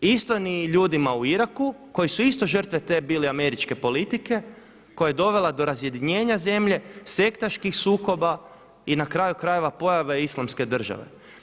Isto ni ljudima u Iraku, koji su isto žrtve te bili američke politike, koja je dovela do razjedinjenja zemlje, sektaških sukoba i na kraju krajeva pojave Islamske države.